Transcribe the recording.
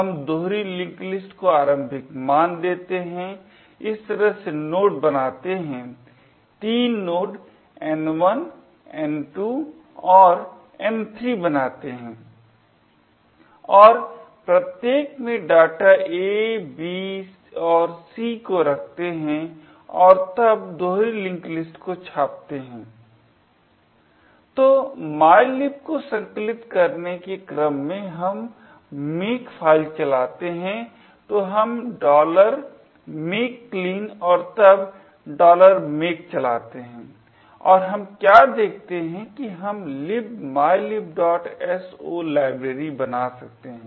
हम दोहरी link list को आरंभिक मान देते है इस तरह से नोड बनाते है तीन नोड N1 N2 और N3 बनाते है और प्रत्येक में डाटा A B और C को रखते है और तब दोहरी लिंक लिस्ट को छापते है तो mylib को संकलित करने के क्रम में हम makefile चलाते है तो हम make clean और तब make चलाते है और हम क्या देखते है कि हम libmylibso लाइब्रेरी बना सकते है